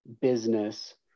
business